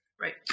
Right